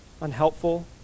unhelpful